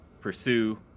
pursue